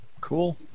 Cool